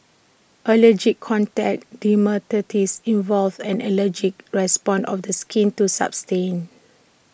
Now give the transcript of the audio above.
allergic contact dermatitis involves an allergic response of the skin to substance